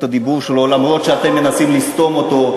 הדיבור שלו אף-על-פי שאתם מנסים לסתום אותה,